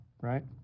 right